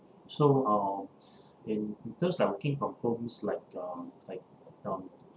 so uh in terms like working from homes like uh like uh